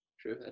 True